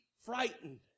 frightened